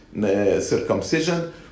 Circumcision